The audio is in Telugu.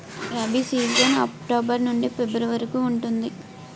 రబీ సీజన్ అక్టోబర్ నుండి ఫిబ్రవరి వరకు ఉంటుంది